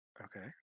Okay